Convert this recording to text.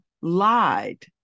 lied